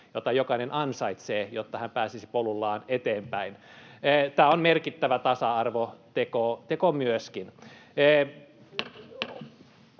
jonka jokainen ansaitsee, jotta hän pääsisi polullaan eteenpäin. Tämä on merkittävä tasa-arvoteko myöskin.